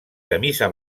camisa